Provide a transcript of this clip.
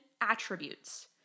attributes